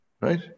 right